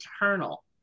eternal